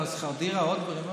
גם שכר דירה ועוד דברים.